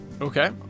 Okay